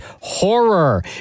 horror